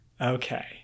okay